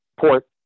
port